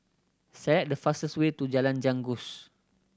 select the fastest way to Jalan Janggus